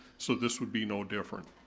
so this would be no different.